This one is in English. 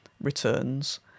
returns